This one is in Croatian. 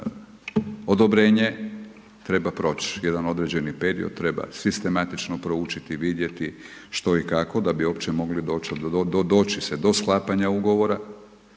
odobrenje, treba proć' jedan određeni period, treba sistematično proučiti, vidjeti što i kako da bi uopće mogli doći do, doći se do sklapanja ugovora,